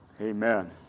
Amen